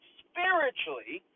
spiritually